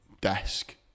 desk